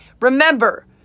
Remember